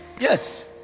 yes